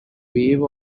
wave